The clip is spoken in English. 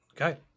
okay